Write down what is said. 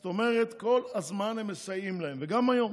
זאת אומרת, כל הזמן הם מסייעים להם וגם היום.